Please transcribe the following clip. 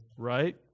Right